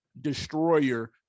destroyer